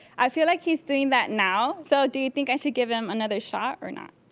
i feel like he's doing that now, so do you think i should give him another shot, or not?